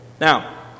Now